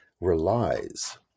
relies